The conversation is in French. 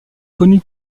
connu